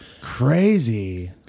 Crazy